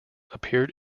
appeared